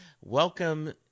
Welcome